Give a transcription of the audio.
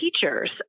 teachers